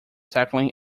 tackling